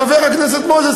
חבר הכנסת מוזס,